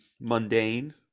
mundane